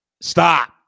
stop